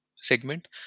segment